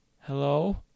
Hello